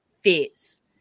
fits